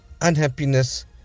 unhappiness